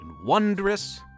Wondrous